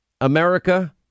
America